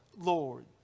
Lord